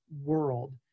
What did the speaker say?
world